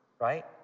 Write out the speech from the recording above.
right